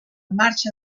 marxa